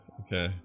okay